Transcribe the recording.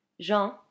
Jean